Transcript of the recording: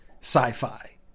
sci-fi